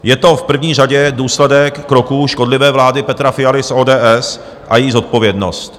Je to v první řadě důsledek kroků škodlivé vlády Petra Fialy z ODS a její zodpovědnost.